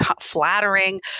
flattering